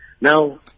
Now